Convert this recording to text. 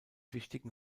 wichtigen